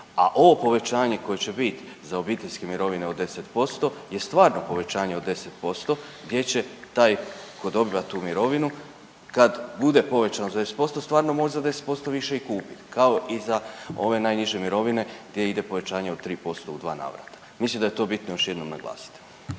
a ovo povećanje koje će bit za obiteljske mirovine od 10% je stvarno povećanje od 10% gdje će taj ko dobiva tu mirovinu kad bude povećano za 10% stvarno moći za 10% više i kupit kao i za ove najniže mirovine gdje ide povećanje od 3% u dva navrata. Mislim da je to bitno još jednom naglasiti.